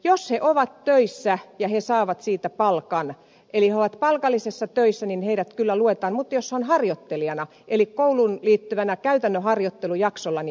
jos he ovat töissä ja he saavat siitä palkan eli he ovat palkallisessa työssä niin heidät kyllä luetaan mutta jos he ovat harjoittelijoina eli kouluun liittyvällä käytännön harjoittelujaksolla niin heitä ei lueta